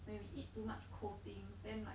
when we eat too much cold things then like